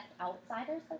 outsiders